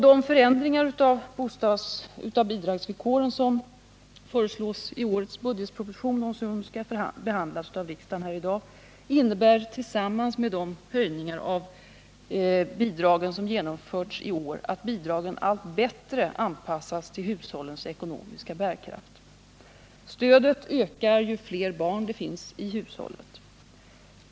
De förändringar av bidragsvillkoren som föreslås i årets budgetproposition och som skall behandlas av riksdagen här i dag innebär tillsammans med de höjningar av bidragen som genomförts i år att bidragen allt bättre anpassas till hushållens ekonomiska bärkraft. Stödet ökar ju fler barn det finns i hushållet.